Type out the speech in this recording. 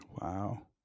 Wow